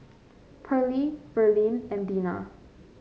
Perley Verlene and Dina